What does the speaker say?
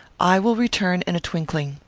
i will return in a twinkling.